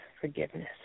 forgiveness